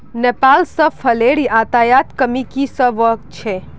नेपाल स फलेर आयातत कमी की स वल छेक